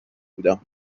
بودم